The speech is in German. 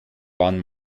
waren